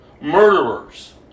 murderers